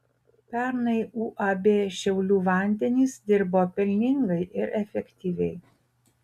pernai uab šiaulių vandenys dirbo pelningai ir efektyviai